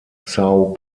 são